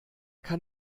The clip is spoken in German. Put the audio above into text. kann